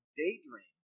daydream